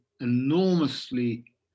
enormously